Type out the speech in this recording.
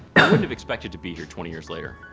i wouldn't have expected to be here twenty years later.